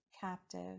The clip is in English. captive